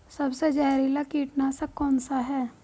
सबसे जहरीला कीटनाशक कौन सा है?